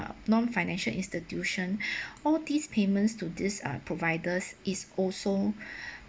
ah non-financial institution all these payments to this ah providers is also